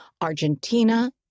Argentina